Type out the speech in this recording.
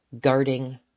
guarding